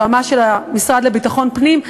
היועץ המשפטי של המשרד לביטחון פנים.